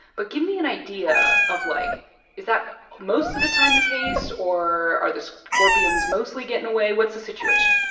but give me an idea of, like is that most of the time the case or are the scorpions mostly getting away? what's the situation?